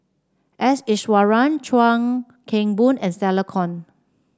S Iswaran Chuan Keng Boon and Stella Kon